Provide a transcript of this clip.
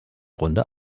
runde